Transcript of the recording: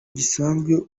gisanzwe